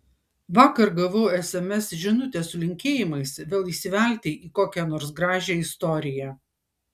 vakar gavau sms žinutę su linkėjimais vėl įsivelti į kokią nors gražią istoriją